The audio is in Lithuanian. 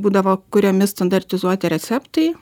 būdavo kuriami standartizuoti receptai